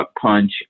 punch